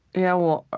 yeah, well,